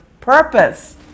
purpose